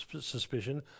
suspicion